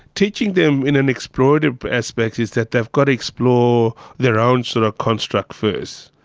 teaching them in an explorative aspect is that they've got to explore their own sort of construct first.